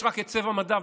יש רק צבע מדיו,